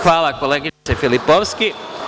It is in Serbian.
Hvala koleginice Filipovski.